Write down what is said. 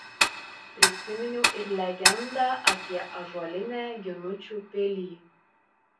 prisiminiau ir legendą apie ąžuolinę ginučių pilį